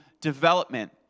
development